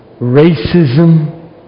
racism